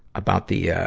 about the, yeah